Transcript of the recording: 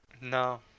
No